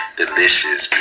delicious